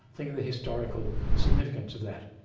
think of the historical significance of that.